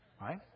right